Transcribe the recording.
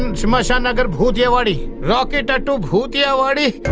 and shamshan nagar bhootiyawadi. rocket tattoo. bhootiyawadi.